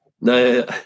no